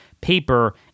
paper